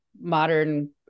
modern